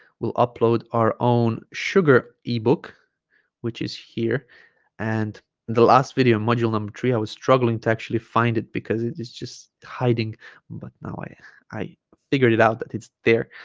we'll upload our own sugar ebook which is here and the last video module number three i was struggling to actually find it because it's just hiding but now i i figured it out that it's there